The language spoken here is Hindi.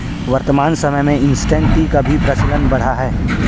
वर्तमान समय में इंसटैंट टी का प्रचलन भी बढ़ा है